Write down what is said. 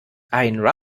ein